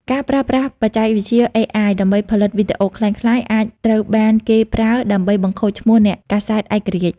ការប្រើប្រាស់បច្ចេកវិទ្យា AI ដើម្បីផលិតវីដេអូក្លែងក្លាយ អាចត្រូវបានគេប្រើដើម្បីបង្ខូចឈ្មោះអ្នកកាសែតឯករាជ្យ។